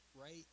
right